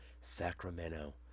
Sacramento